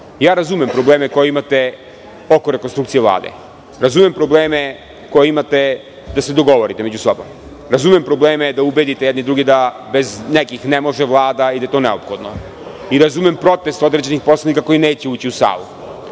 časova. Razumem probleme koje imate oko rekonstrukcije Vlade. Razumem probleme koje imate da se dogovorite među sobom. Razumem probleme da ubedite jedni druge da bez nekih ne može Vlada i da je to neophodno. I razumem protest određenih poslanika koji neće ući u salu,